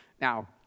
now